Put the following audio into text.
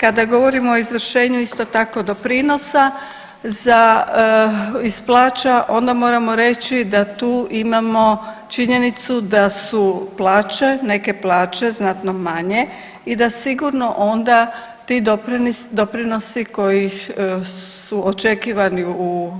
Kada govorimo o izvršenju isto tako doprinosa za, iz plaća onda moramo reći da tu imamo činjenicu da su plaće, neke plaće znatno manje i da sigurno onda ti doprinosi koji su očekivani u